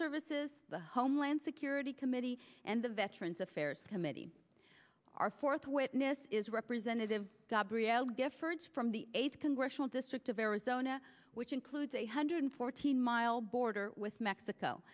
services the homeland security committee and the veterans affairs committee our fourth witness is representative gabrielle giffords from the eighth congressional district of arizona which includes a hundred fourteen mile border with mexico